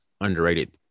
underrated